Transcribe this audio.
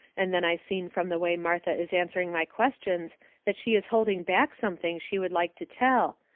and then i seen from the way martha is answering my questions that she is holding back something she would like to tell,